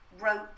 wrote